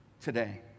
today